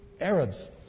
Arabs